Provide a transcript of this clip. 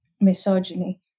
misogyny